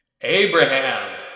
Abraham